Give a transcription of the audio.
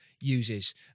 uses